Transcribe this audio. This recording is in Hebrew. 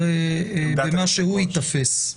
זה במה שהוא ייתפס.